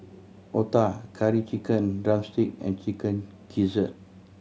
otah Curry Chicken drumstick and Chicken Gizzard